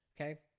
okay